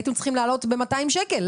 הייתם צריכים להעלות ב-200 שקלים.